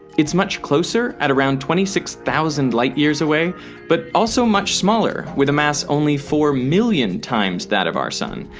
it's much closer at around twenty six thousand light years away but also much smaller with a mass only four million times that of our sun.